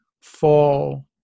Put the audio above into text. fall